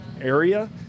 area